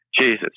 Jesus